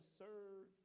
serve